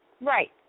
Right